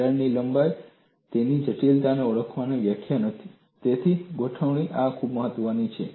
તિરાડની લંબાઈ તેની જટિલતાને ઓળખવાની વ્યાખ્યા નથી તેની ગોઠવણી પણ ખૂબ મહત્વની છે